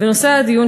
ונושא הדיון,